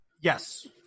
Yes